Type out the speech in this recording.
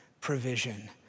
provision